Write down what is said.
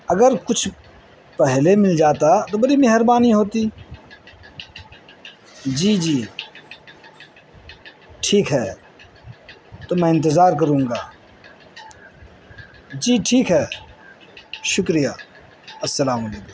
اگر کچھ پہلے مل جاتا تو بڑی مہربانی ہوتی جی جی ٹھیک ہے تو میں انتظار کروں گا جی ٹھیک ہے شکریہ السّلام علیکم